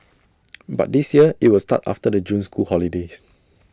but this year IT will start after the June school holidays